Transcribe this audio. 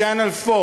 Channel 4,